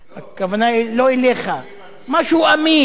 הכוונה לא אליך, משהו אמיץ.